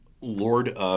Lord